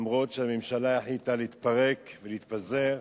אף שהממשלה החליטה להתפרק ולהתפזר,